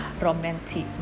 romantic